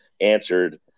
answered